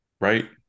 right